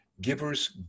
givers